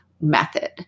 method